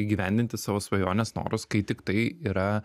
įgyvendinti savo svajones norus kai tik tai yra